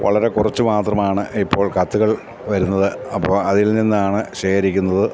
വളരെ കുറച്ച് മാത്രമാണ് ഇപ്പോൾ കത്തുകൾ വരുന്നത് അപ്പോള് അതിൽ നിന്നാണ് ശേഖരിക്കുന്നത്